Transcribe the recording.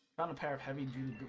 um a pair of having